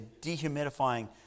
dehumidifying